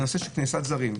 הנושא של כניסת זרים.